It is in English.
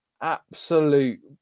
absolute